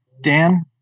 Dan